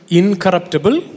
incorruptible